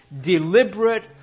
deliberate